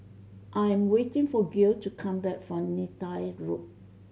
I am waiting for Gail to come back from Neythai Road